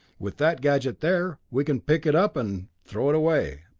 with that gadget there, we can pick it up and throw it away.